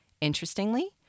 Interestingly